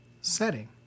setting